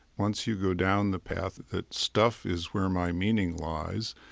once you go down the path that stuff is where my meaning lies,